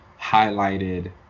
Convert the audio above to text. highlighted